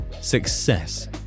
Success